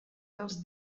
dels